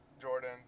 Jordan